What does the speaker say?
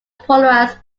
polarized